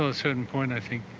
ah certain point i think